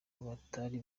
batari